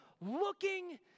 looking